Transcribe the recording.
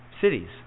cities